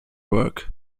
work